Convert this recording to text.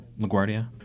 LaGuardia